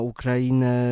Ukrainę